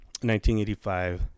1985